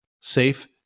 safe